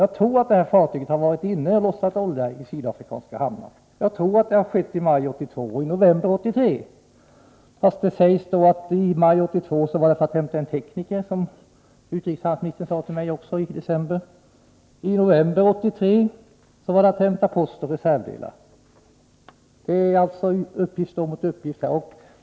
Jag tror att fartyget har varit inne och lossat olja i sydafrikanska hamnar i maj 1982 och i november 1983, fast det sägs att fartyget varit där i maj 1982 för att hämta en tekniker, som också utrikeshandelsministern sade till mig i december, och i november 1983 för att hämta post och reservdelar. Det är alltså uppgift mot uppgift här.